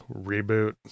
reboot